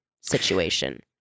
situation